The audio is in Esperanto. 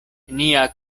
nia